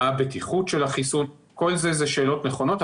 מה הבטיחות של החיסון כל אלה הן שאלות נכונות,